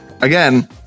Again